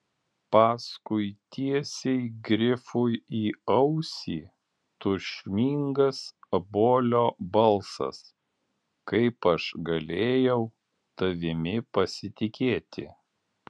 paskui tiesiai grifui į ausį tūžmingas bolio balsas kaip aš galėjau tavimi pasitikėti